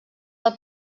del